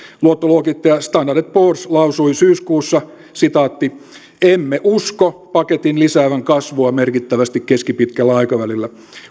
luottoluokittaja standard poors lausui syyskuussa emme usko paketin lisäävän kasvua merkittävästi keskipitkällä aikavälillä